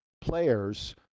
players